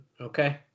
okay